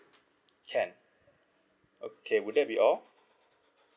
can okay would that be all